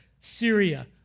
Syria